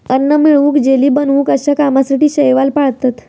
अन्न मिळवूक, जेली बनवूक अश्या कामासाठी शैवाल पाळतत